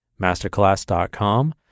Masterclass.com